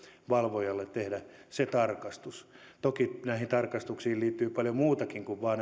valvojalle tehdä se tarkastus toki näihin tarkastuksiin liittyy paljon muutakin kuin vain